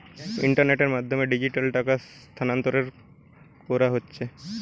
ইন্টারনেটের মাধ্যমে ডিজিটালি টাকা স্থানান্তর কোরা হচ্ছে